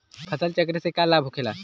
फसल चक्र से का लाभ होखेला?